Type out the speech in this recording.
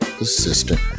assistant